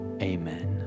amen